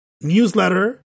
newsletter